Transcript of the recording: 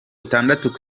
itandatu